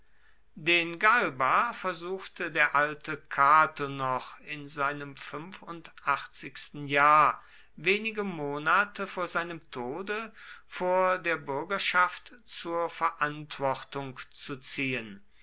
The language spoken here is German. den galba versuchte der alte cato noch in seinem fünfundachtzigsten jahr wenige monate vor seinem tode vor der bürgerschaft zur verantwortung zu ziehen